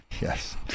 Yes